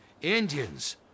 Indians